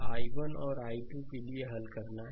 और i1 और i2 के लिए हल करना है